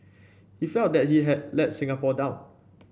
he felt that he had let Singapore down